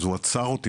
אז הוא עצר אותי,